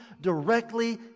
directly